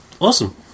awesome